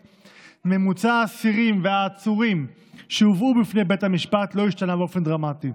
ממוצע האסירים והעצורים שהובאו בפני בית המשפט לא השתנה באופן דרמטי,